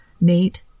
Nate